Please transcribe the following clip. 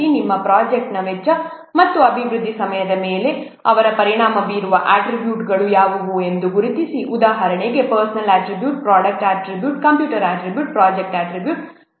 ನಿಮ್ಮ ಪ್ರಾಜೆಕ್ಟ್ನ ವೆಚ್ಚ ಮತ್ತು ಅಭಿವೃದ್ಧಿ ಸಮಯದ ಮೇಲೆ ಅವರು ಪರಿಣಾಮ ಬೀರುವ ಅಟ್ರಿಬ್ಯೂಟ್ಗಳು ಯಾವುವು ಎಂದು ಗುರುತಿಸಿ ಉದಾಹರಣೆಗೆ personnel attribute product attribute computer attribute ಮತ್ತು ಪ್ರಾಜೆಕ್ಟ್ ಅಟ್ರಿಬ್ಯೂಟ್ಗಳು